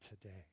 today